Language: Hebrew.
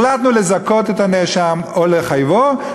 החלטנו לזכות את הנאשם או לחייבו,